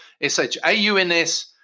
S-H-A-U-N-S